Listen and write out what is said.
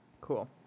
Cool